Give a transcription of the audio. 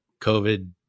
COVID